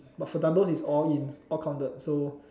but for double is all in all counted so